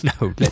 No